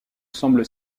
semble